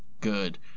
good